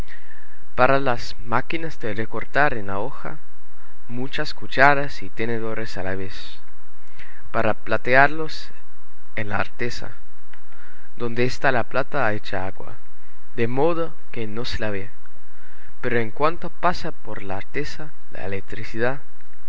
para las máquinas de recortar en la hoja muchas cucharas y tenedores a la vez para platearlos en la artesa donde está la plata hecha agua de modo que no se la ve pero en cuanto pasa por la artesa la electricidad